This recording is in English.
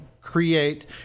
create